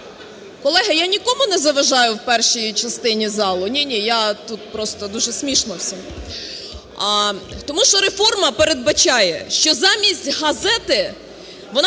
Колеги, я нікому не заважаю в першій частині залу? Ні-ні, я… тут дуже смішно всім. Тому що реформа передбачає, що замість газети, вона